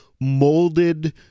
molded